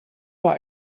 war